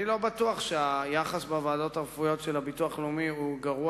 אני לא בטוח שהיחס בוועדות הרפואיות של הביטוח הלאומי הוא גרוע